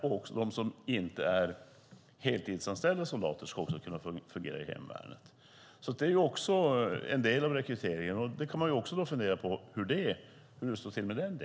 Även de soldater som inte är heltidsanställda ska kunna fungera i hemvärnet. Även detta är en del av rekryteringen. Hur det står till med den delen kan man också fundera på.